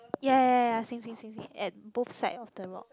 ya ya ya same same same same at both side of the rock